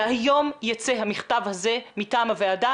והיום ייצא המכתב הזה מטעם הוועדה,